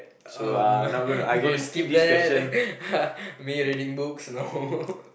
um okay skip that ha me reading books no